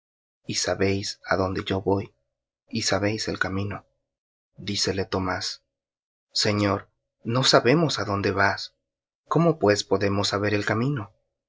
y sabéis á dónde yo voy y sabéis el camino dícele tomás señor no sabemos á dónde vas cómo pues podemos saber el camino